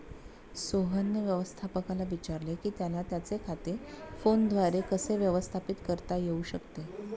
सोहनने व्यवस्थापकाला विचारले की त्याला त्याचे खाते फोनद्वारे कसे व्यवस्थापित करता येऊ शकते